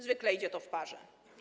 Zwykle idzie to w parze.